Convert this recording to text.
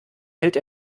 hält